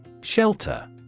Shelter